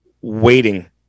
waiting